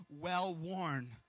well-worn